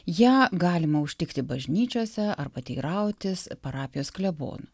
ją galima užtikti bažnyčiose arba teirautis parapijos klebonų